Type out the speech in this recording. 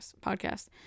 podcast